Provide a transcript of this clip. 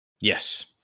Yes